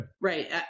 right